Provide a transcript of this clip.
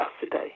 today